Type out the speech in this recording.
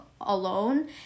alone